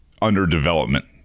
underdevelopment